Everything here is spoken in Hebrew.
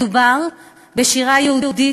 מדובר בשירה יהודית,